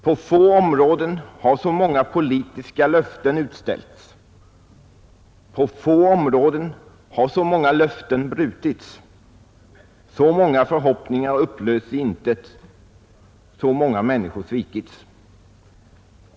På få områden har så många politiska löften utställts, så många löften brutits, så många förhoppningar upplösts i intet, så många människor svikits.